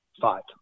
five